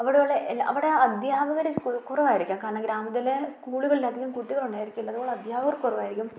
അവിടെയുള്ള അവിടെ അധ്യപകർ കുറവായിരിക്കും കാരണം ഗ്രാമത്തിലെ സ്കൂളുകളിൽ അധികം കുട്ടികളുണ്ടായിരിക്കില്ല അതുപോലെ അധ്യാകർ കുറവായിരിക്കും